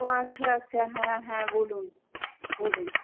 ও আচ্ছা আচ্ছা হ্যাঁ হ্যাঁ বলুন বলুন